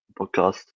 podcast